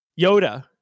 Yoda